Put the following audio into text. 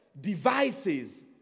devices